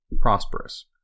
prosperous